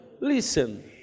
Listen